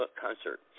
concert